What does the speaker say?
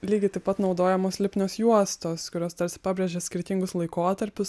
lygiai taip pat naudojamos lipnios juostos kurios tarsi pabrėžė skirtingus laikotarpius